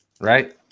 right